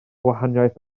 gwahaniaeth